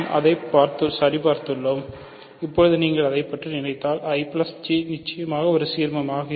நாம் அதை சரி பார்த்துள்ளோம் இப்போது நீங்கள் அதைப் பற்றி நினைத்தால் I J நிச்சயமாக ஒரு சீர்மம்